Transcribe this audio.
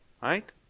Right